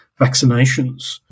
vaccinations